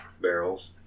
barrels